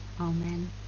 Amen